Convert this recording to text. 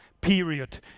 period